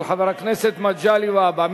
של חבר הכנסת מגלי והבה.